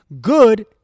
Good